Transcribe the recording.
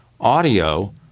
audio